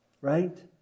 Right